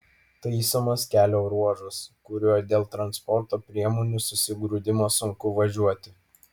taisomas kelio ruožas kuriuo dėl transporto priemonių susigrūdimo sunku važiuoti